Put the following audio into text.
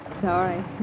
sorry